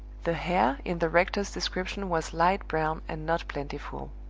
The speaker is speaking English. the hair in the rector's description was light brown and not plentiful.